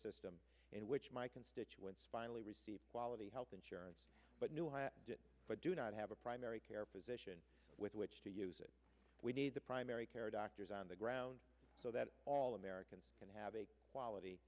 system in which my constituents finally receive quality health insurance but new high but do not have a primary care physician with which to use it we need the primary care doctors on the ground so that all americans can have a quality